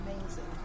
amazing